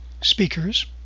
speakers